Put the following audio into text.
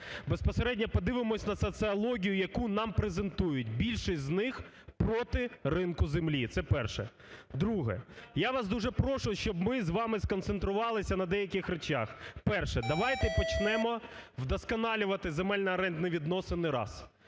безпосередньо подивимося на соціологію, яку нам презентують: більшість з них – проти ринку землі, це перше. Друге. Я вас дуже прошу, щоб ми з вами сконцентрувалися на деяких речах. Перше – давайте почнемо вдосконалювати земельно-орендні відносини, раз.